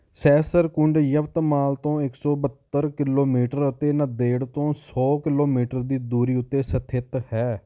ਸਹਸਰਕੁੰਡ ਯਵਤਮਾਲ ਤੋਂ ਇੱਕ ਸੌ ਬਹੱਤਰ ਕਿਲੋਮੀਟਰ ਅਤੇ ਨਾਂਦੇੜ ਤੋਂ ਸੌ ਕਿਲੋਮੀਟਰ ਦੀ ਦੂਰੀ ਉੱਤੇ ਸਥਿਤ ਹੈ